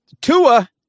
Tua